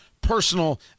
personal